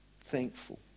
thankful